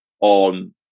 on